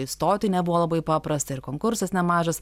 įstoti nebuvo labai paprasta ir konkursas nemažas